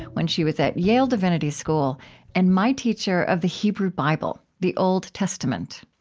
when she was at yale divinity school and my teacher of the hebrew bible, the old testament.